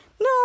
no